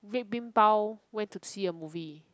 red bean pao went to see a movie